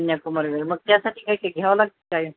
कन्याकुमारी जवळ मग त्यासाठी काय काय घ्यावं लाग काय